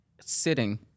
sitting